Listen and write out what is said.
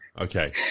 okay